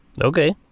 Okay